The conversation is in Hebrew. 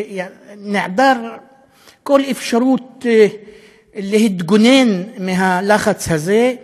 נעדר כל אפשרות להתגונן מהלחץ הזה,